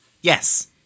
Yes